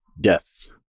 death